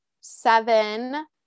seven